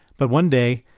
but one day,